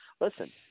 Listen